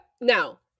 now